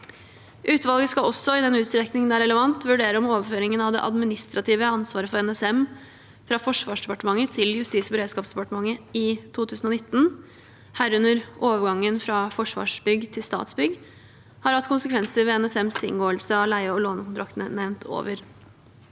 Utvalget skal også, i den utstrekning det er relevant, vurdere om overføringen av det administrative ansvaret for NSM fra Forsvarsdepartementet til Justis- og beredskapsdepartementet i 2019, herunder overgangen fra Forsvarsbygg til Statsbygg, har hatt konsekvenser ved NSMs inngåelse av leie- og lånekontraktene nevnt over.